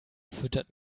füttert